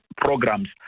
programs